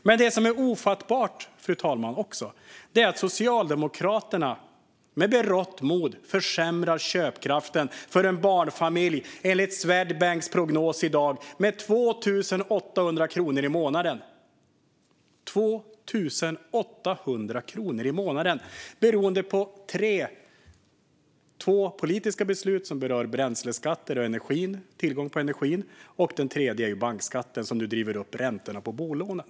Men något som också är ofattbart, fru talman, är att Socialdemokraterna med berått mod försämrar köpkraften för en barnfamilj med 2 800 kronor i månaden, enligt Swedbanks prognos i dag. Det beror på tre saker: två politiska beslut som berör bränsleskatter och tillgång på energi samt bankskatten, som nu driver upp räntorna på bolånen.